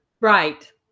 right